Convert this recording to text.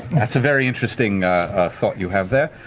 a very interesting thought you have there.